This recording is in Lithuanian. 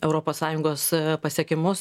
europos sąjungos pasiekimus